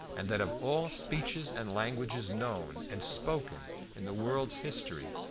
and that of all speeches and languages known and spoken in the world's history,